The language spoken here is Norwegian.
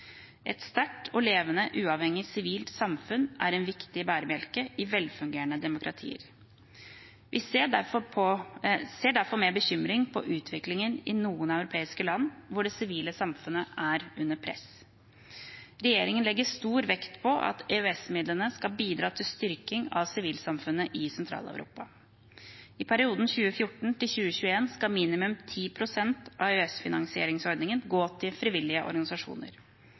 Et sterkt og levende uavhengig sivilt samfunn er en viktig bærebjelke i velfungerende demokratier. Vi ser derfor med bekymring på utviklingen i noen europeiske land, hvor det sivile samfunnet er under press. Regjeringen legger stor vekt på at EØS-midlene skal bidra til styrking av sivilsamfunnet i Sentral-Europa. I perioden 2014–2021 skal minimum 10 pst. av EØS-finansieringsordningen gå til frivillige organisasjoner.